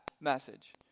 message